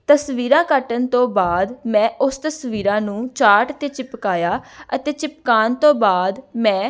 ਤਸਵੀਰਾਂ ਕੱਟਣ ਤੋਂ ਬਾਅਦ ਮੈਂ ਉਸ ਤਸਵੀਰਾਂ ਨੂੰ ਚਾਟ 'ਤੇ ਚਿਪਕਾਇਆ ਅਤੇ ਚਿਪਕਾਉਣ ਤੋਂ ਬਾਅਦ ਮੈਂ